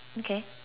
okay